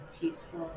peaceful